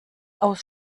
aus